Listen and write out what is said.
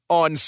on